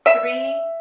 three